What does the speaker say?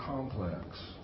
complex